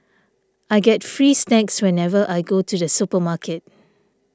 I get free snacks whenever I go to the supermarket